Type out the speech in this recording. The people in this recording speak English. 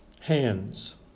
Hands